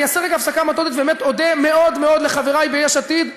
אני אעשה רגע הפסקה מתודית ובאמת אודה מאוד מאוד לחברי ביש עתיד,